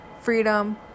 freedom